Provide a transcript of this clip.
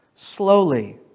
Slowly